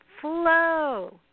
Flow